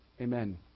Amen